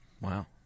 Wow